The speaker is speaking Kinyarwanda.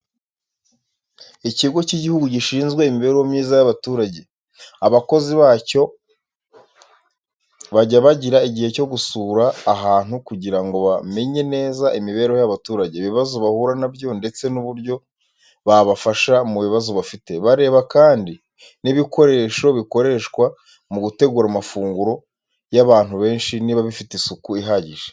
Ikigo cy’igihugu gishinzwe imibereho myiza yabaturage, abakozi bacyo bajya bagira igihe cyo gusura ahantu kugira ngo bamenye neza imibereho y'abaturage, ibibazo bahura na byo, ndetse n'uburyo babafasha mu bibazo bafite. Bareba kandi n'ibikoresho bikoreshwa mu gutegura amafunguro y'abantu benshi niba bifite isuku ihagije.